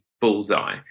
bullseye